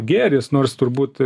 gėris nors turbūt